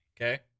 okay